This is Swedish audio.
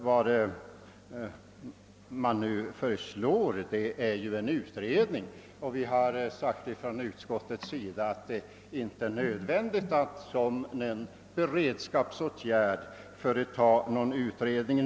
Vad man här föreslår är en utredning, men utskottet har inte ansett det vara nödvändigt att som en beredskapsåtgärd nu företa en utredning.